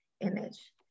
image